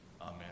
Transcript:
Amen